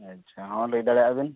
ᱟᱪᱪᱷᱟ ᱦᱮᱸ ᱞᱟᱹᱭ ᱫᱟᱲᱮᱭᱟᱜ ᱵᱤᱱ